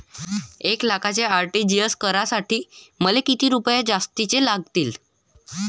एक लाखाचे आर.टी.जी.एस करासाठी मले कितीक रुपये जास्तीचे लागतीनं?